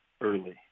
early